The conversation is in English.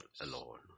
alone